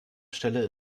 stelle